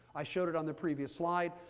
i showed it on the previous slide.